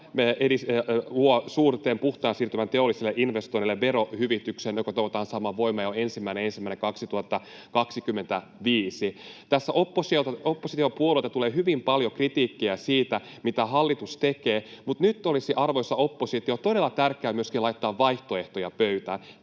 luo puhtaan siirtymän suurille teollisille investoinneille verohyvityksen, joka toivotaan saatavan voimaan jo 1.1.2025. Tässä opposition puolelta tulee hyvin paljon kritiikkiä siitä, mitä hallitus tekee, mutta nyt olisi, arvoisa oppositio, todella tärkeää laittaa myöskin vaihtoehtoja pöytään.